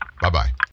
Bye-bye